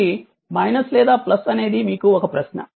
కాబట్టి లేదా అనేది మీకు ఒక ప్రశ్న